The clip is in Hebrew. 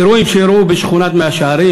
אירועים שאירעו בשכונת מאה-שערים,